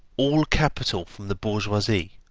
all capital from the bourgeoisie,